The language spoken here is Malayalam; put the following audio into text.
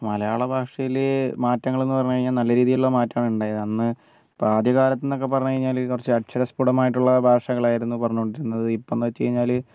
മലയാള ഭാഷയിൽ മാറ്റങ്ങളെന്ന് പറഞ്ഞു കഴിഞ്ഞാൽ നല്ല രീതിയിലുള്ള മാറ്റമാണ് ഉണ്ടായത് അന്ന് ഇപ്പോൾ ആദ്യ കാലത്തെന്നൊക്കെ പറഞ്ഞുകഴിഞ്ഞാൽ കുറച്ച് അക്ഷരസ്പുടമായിട്ടുള്ള ഭാഷകളായിരുന്നു പറഞ്ഞുകൊണ്ടിരുന്നത് ഇപ്പോൾ എന്ന് വെച്ചുകഴിഞ്ഞാൽ